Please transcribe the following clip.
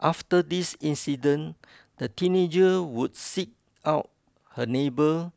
after this incident the teenager would seek out her neighbour